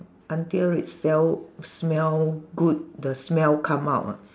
until it smell smell good the smell come out ah